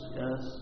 yes